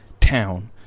town